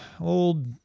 old